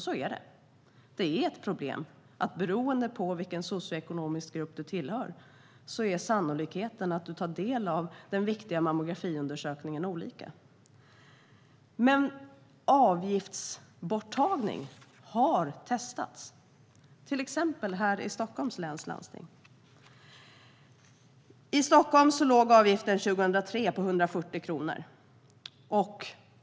Så är det - det är ett problem att beroende på vilken socioekonomisk grupp du tillhör är sannolikheten att du tar del av den viktiga mammografiundersökningen olika stor. Men avgiftsborttagning har testats, till exempel här i Stockholms läns landsting. I Stockholm låg avgiften år 2003 på 140 kronor.